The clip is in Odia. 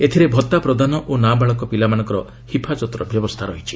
ଏଥିରେ ଭତ୍ତା ପ୍ରଦାନ ଓ ନାବାଳକ ପିଲାମାନଙ୍କ ହିଫାଜତର ସୁରକ୍ଷା ବ୍ୟବସ୍ଥା ରହିଛି